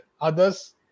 others